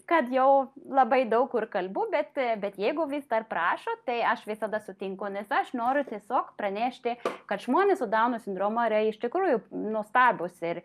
kad jau labai daug kur kalbu bet bet jeigu vis dar prašo tai aš visada sutinku nes aš noriu tiesiog pranešti kad žmonės su dauno sindroma yra iš tikrųjų nuostabūs ir